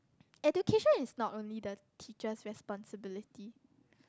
education is not only the teacher responsibility